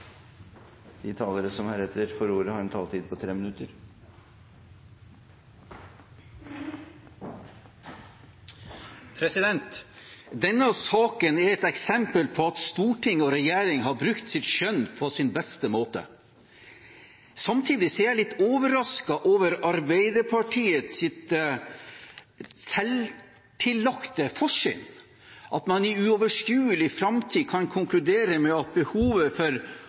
et eksempel på at storting og regjering har brukt sitt skjønn på beste måte. Samtidig er jeg litt overrasket over Arbeiderpartiets selvtillagte forsyn, at man i uoverskuelig framtid kan konkludere med at behovet for